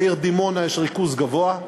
בעיר דימונה יש ריכוז גבוה,